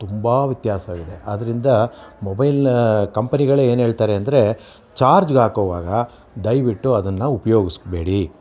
ತುಂಬ ವ್ಯತ್ಯಾಸ ಇದೆ ಆದ್ದರಿಂದ ಮೊಬೈಲ್ ಕಂಪೆನಿಗಳೇ ಏನು ಹೇಳ್ತಾರೆ ಅಂದರೆ ಚಾರ್ಜ್ಗೆ ಹಾಕೋವಾಗ ದಯವಿಟ್ಟು ಅದನ್ನು ಉಪಯೋಗ್ಸ್ಬೇಡಿ